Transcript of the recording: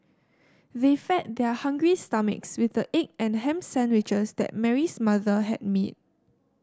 they fed their hungry stomachs with the egg and ham sandwiches that Mary's mother had made